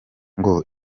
ngo